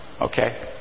Okay